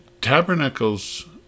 tabernacles